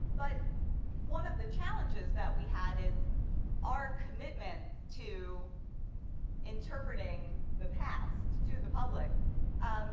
but one of the challenges that we had is our commitment to interpreting the past to the public